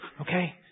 Okay